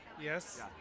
Yes